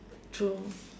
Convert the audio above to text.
true